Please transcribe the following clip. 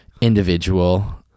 individual